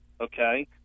Okay